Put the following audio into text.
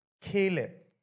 Caleb